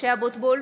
(קוראת בשמות חברי הכנסת) משה אבוטבול,